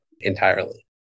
entirely